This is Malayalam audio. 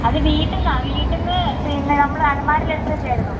അത് വീട്ടിൽ നിന്നാണ് വീട്ടിൽ നിന്ന് പിന്നെ നമ്മള് അലമാരിയില് എടുത്തു വെച്ചതായിരുന്നു